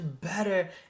better